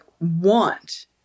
want